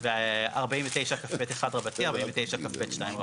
ו-49כב1 ו-49כב2.